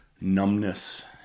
numbness